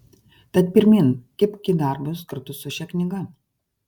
tad pirmyn kibk į darbus kartu su šia knyga